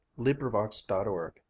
LibriVox.org